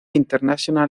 international